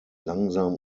langsam